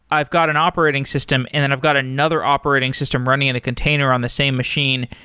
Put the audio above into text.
i've got an operating system and then i've got another operating system running in a container on the same machine.